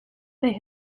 they